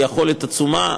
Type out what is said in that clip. היא יכולת עצומה,